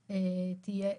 שההקפאה תהיה,